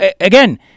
again